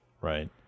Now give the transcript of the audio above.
right